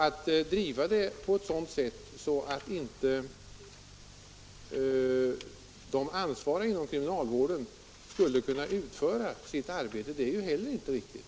Att driva frågan på ett sådant sätt att de ansvariga 131 vården inom kriminalvården inte skulle kunna utföra sitt arbete är inte heller riktigt.